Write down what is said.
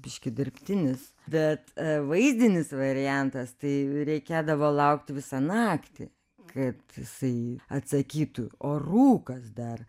biškį dirbtinis bet vaizdinis variantas tai reikėdavo laukti visą naktį kad jisai atsakytų o rūkas dar